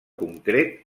concret